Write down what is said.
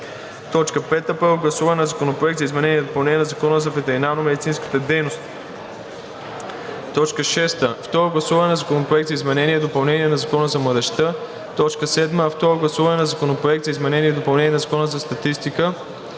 г. 5. Първо гласуване на Законопроекта за изменение и допълнение на Закона за ветеринарномедицинската дейност. 6. Второ гласуване на Законопроекта за изменение и допълнение на Закона за младежта. 7. Второ гласуване на Законопроекта за изменение и допълнение на Закона за статистика